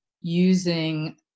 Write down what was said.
using